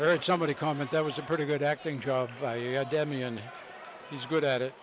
heard somebody comment that was a pretty good acting job by demi and he's good at it